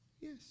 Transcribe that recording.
Yes